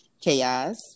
chaos